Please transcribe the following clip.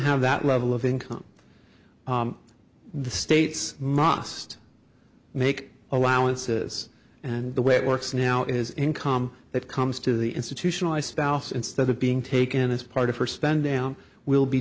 have that level of income the states must make allowances and the way it works now is income that comes to the institutionalized spouse instead of being taken as part of her spend down will be